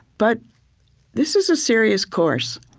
but this is a serious course.